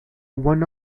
one